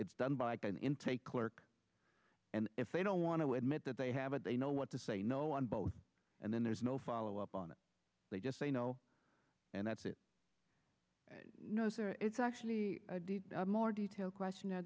it's done by going into a clerk and if they don't want to admit that they have it they know what to say no on both and then there's no follow up on it they just say no and that's it no sir it's actually a more detailed question